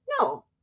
no